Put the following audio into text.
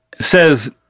says